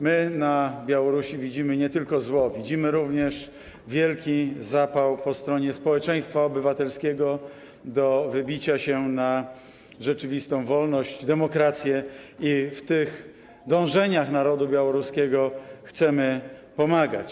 My na Białorusi widzimy nie tylko zło, widzimy również wielki zapał po stronie społeczeństwa obywatelskiego do wybicia się na rzeczywistą wolność, demokrację i w tych dążeniach narodu białoruskiego chcemy pomagać.